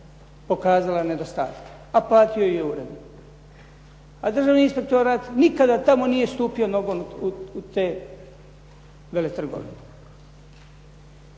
pokazala nedostatke, a platio ju je uredno. A Državni inspektorat nikada tamo nije stupio nogom u te veletrgovine.